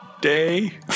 Day